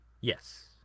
Yes